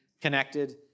connected